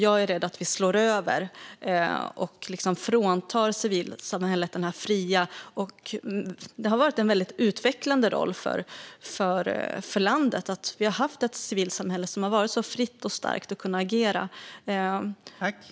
Jag är rädd att vi slår över och fråntar civilsamhället den här fria rollen. Det har varit väldigt utvecklande för landet att vi har haft ett civilsamhälle som har varit så fritt och starkt och som har kunnat agera.